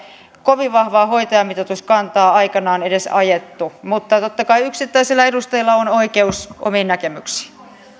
kovin vahvaa hoitajamitoituskantaa aikanaan edes ajettu mutta totta kai yksittäisillä edustajilla on oikeus omiin näkemyksiinsä